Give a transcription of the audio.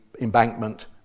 embankment